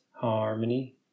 Harmony